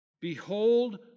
Behold